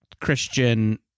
Christian